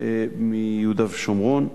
ביהודה ושומרון.